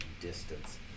distance